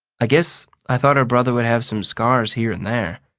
i guess i thought her brother would have some scars here and there.